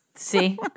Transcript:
See